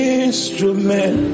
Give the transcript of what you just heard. instrument